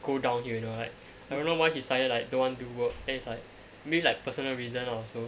go downhill you know like I don't know why he suddenly like don't want to work then it's like I mean like personal reason also